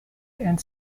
and